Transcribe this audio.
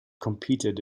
competed